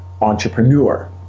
entrepreneur